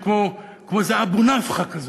גברתי, שהם כמו שאיזה אבו-נפחא כזה,